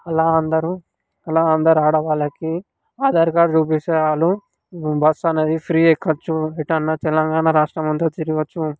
అలా అందరూ అలా అందరు ఆడవాళ్ళకి ఆధార్ కార్డు చూపిస్తే చాలు బస్సు అనేది ఫ్రీ ఎక్కొచ్చు ఎటైనా తెలంగాణ రాష్టమంతా తిరగొచ్చు